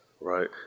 Right